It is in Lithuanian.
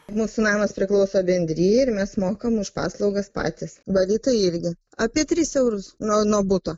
mūsų namas priklauso bendrijai ir mes mokam už paslaugas patys valytojai irgi apie tris eurus nuo buto